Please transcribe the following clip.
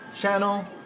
channel